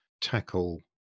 tackle